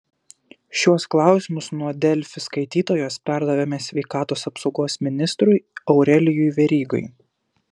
šiuos klausimus nuo delfi skaitytojos perdavėme sveikatos apsaugos ministrui aurelijui verygai